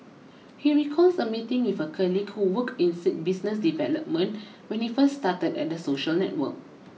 he recalls a meeting with a colleague who worked in business development when he first started at the social network